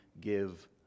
give